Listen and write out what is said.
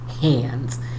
hands